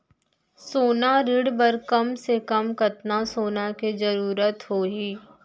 सोना ऋण बर कम से कम कतना सोना के जरूरत होही??